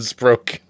broke